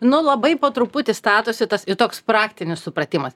nu labai po truputį statosi tas toks praktinis supratimas